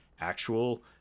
actual